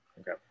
okay